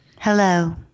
Hello